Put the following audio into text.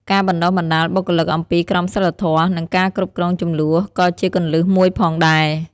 ការបណ្តុះបណ្តាលបុគ្គលិកអំពីក្រមសីលធម៌ និងការគ្រប់គ្រងជម្លោះក៏ជាគន្លឹះមួយផងដែរ។